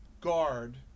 guard